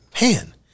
man